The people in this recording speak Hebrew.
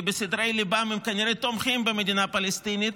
כי בסתרי ליבם הם כנראה תומכים במדינה פלסטינית,